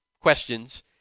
questions